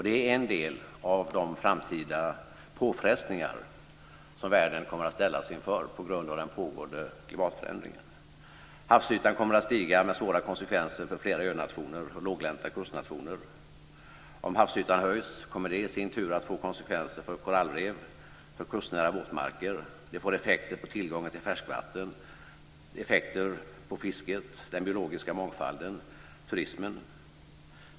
Det är en del av de framtida påfrestningar som världen kommer att ställas inför på grund av den pågående klimatförändringen. Havsytan kommer att stiga med svåra konsekvenser för flera önationer och låglänta kustnationer. Om havsytan höjs kommer det i sin tur att få konsekvenser för korallrev, för kustnära våtmarker. Det får effekter på tillgången till färskvatten, effekter på fisket, den biologiska mångfalden, turismen.